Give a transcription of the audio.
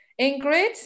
Ingrid